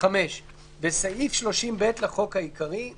סעיף 30 5. בסעיף 30(ב) לחוק העיקרי,